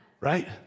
Right